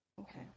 Okay